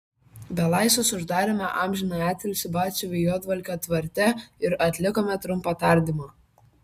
belaisvius uždarėme amžiną atilsį batsiuvio juodvalkio tvarte ir atlikome trumpą tardymą